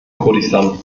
kurdistan